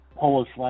Polish